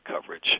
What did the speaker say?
coverage